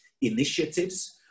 initiatives